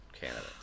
candidates